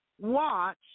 watch